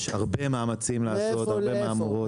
יש הרבה מאמצים לעשות, הרבה מהמורות.